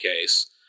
case